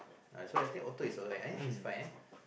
uh so I take auto is a well uh is fine ah